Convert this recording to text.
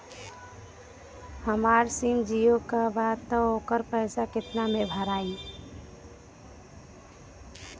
हमार SIM Jio का बा त ओकर पैसा कितना मे भराई?